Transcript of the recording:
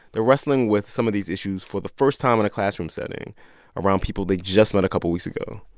they're wrestling with some of these issues for the first time in a classroom setting around people they just met a couple weeks ago.